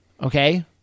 okay